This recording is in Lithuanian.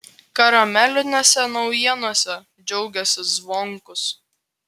karamelinėse naujienose džiaugėsi zvonkus